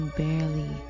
barely